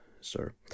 sir